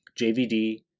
JVD